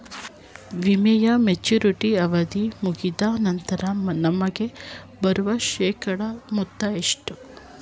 ವಿಮೆಯ ಮೆಚುರಿಟಿ ಅವಧಿ ಮುಗಿದ ನಂತರ ನಮಗೆ ಬರುವ ಶೇಕಡಾ ಮೊತ್ತ ಎಷ್ಟು?